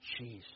Jesus